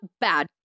bad